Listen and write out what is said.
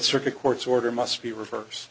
circuit court's order must be reverse